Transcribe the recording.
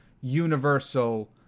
universal